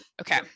okay